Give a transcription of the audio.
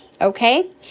okay